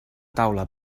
taula